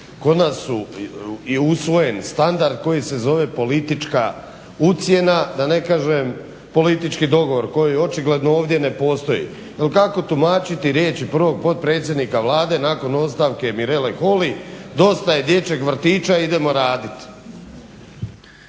Kod nas su i usvojen standard koji se zove politička ucjena da ne kažem politički dogovor koji očigledno ovdje ne postoji. Jer kako tumačiti riječi prvog potpredsjednika Vlade nakon ostavke Mirele Holy dosta je dječjeg vrtića, idemo raditi.